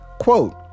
quote